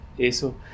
eso